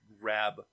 grab